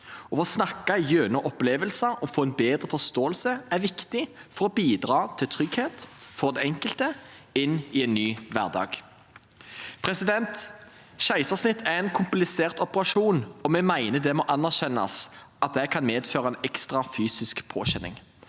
få snakket gjennom opplevelser og få en bedre forståelse er viktig for å bidra til trygghet for den enkelte inn i en ny hverdag. Keisersnitt er en komplisert operasjon, og vi mener det må anerkjennes at det kan medføre en ekstra fysisk påkjenning.